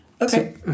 Okay